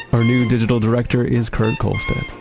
our new digital director is kurt kohlstedt.